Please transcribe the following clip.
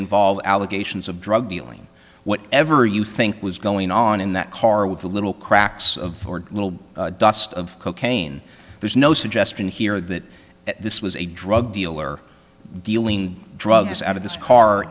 involve allegations of drug dealing what ever you think was going on in that car with the little cracks of little dust of cocaine there's no suggestion here that this was a drug dealer dealing drugs out of this car